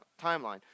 timeline